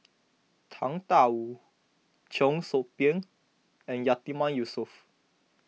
Tang Da Wu Cheong Soo Pieng and Yatiman Yusof